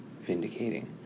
Vindicating